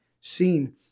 seen